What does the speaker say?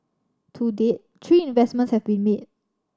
to date three investments have been made